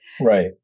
right